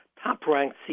top-ranked